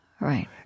right